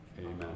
Amen